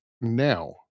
now